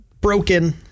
broken